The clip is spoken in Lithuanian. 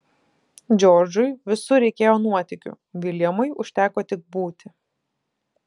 džordžui visur reikėjo nuotykių viljamui užteko tik būti